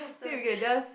we can just